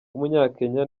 w’umunyakenya